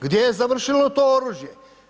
Gdje je završilo to oružje?